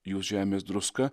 jūs žemės druska